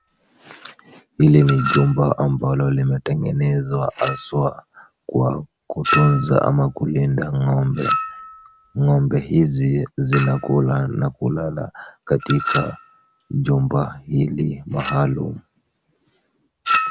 Hili ni chumba ambalo limetengezwa haswa kwa kutunza ama kulinda ngombe, ng'ombe hizi zinakula na kulala katika chumba hili maalumu.